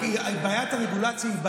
בעיית הרגולציה היא בעיה,